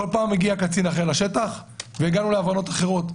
כל פעם הגיע קצין אחר לשטח והגענו להבנות אחרות.